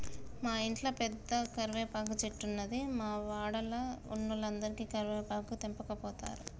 మా ఇంట్ల పెద్ద కరివేపాకు చెట్టున్నది, మా వాడల ఉన్నోలందరు కరివేపాకు తెంపకపోతారు